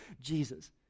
Jesus